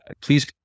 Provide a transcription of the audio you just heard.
please